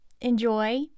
enjoy